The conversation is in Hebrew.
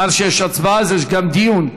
מאחר שיש הצבעה, יש גם דיון.